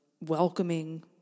welcoming